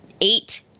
eight